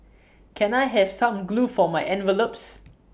can I have some glue for my envelopes